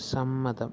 സമ്മതം